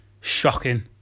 shocking